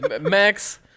Max